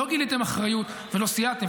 לא גיליתם אחריות ולא סייעתם,